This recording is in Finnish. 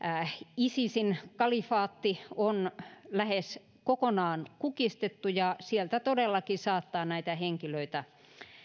isisin kalifaatti on lähes kokonaan kukistettu ja sieltä todellakin saattaa näitä henkilöitä